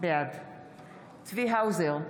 בעד צבי האוזר,